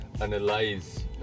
analyze